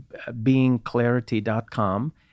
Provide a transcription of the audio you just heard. beingclarity.com